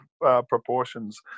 proportions